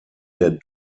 der